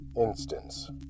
Instance